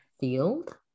field